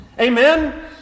Amen